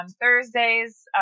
Thursdays